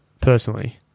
personally